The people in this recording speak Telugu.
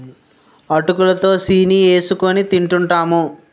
అటుకులు లో సీని ఏసుకొని తింటూంటాము